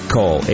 Call